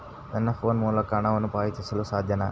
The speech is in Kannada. ನನ್ನ ಫೋನ್ ಮೂಲಕ ಹಣವನ್ನು ಪಾವತಿಸಲು ಸಾಧ್ಯನಾ?